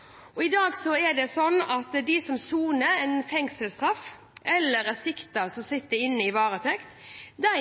folketrygden. I dag er det slik at de som soner en fengselsdom, eller siktede som sitter i varetekt,